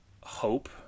hope